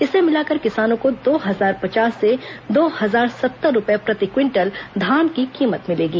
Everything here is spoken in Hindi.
इसे मिलाकर किसानों को दो हजार पचास से दो हजार सत्तर रूपए प्रति क्विटल धान की कीमत मिलेगी